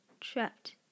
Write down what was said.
trapped